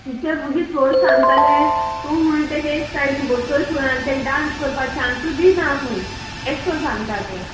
teacher मुगे चेडूं सांगताले तूं हूंय तेका एक सायडीन बोसोयता थंय आनी तेक डांस करपाक चान्सूय दिना खूंय एश कोन सांगता ते